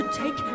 take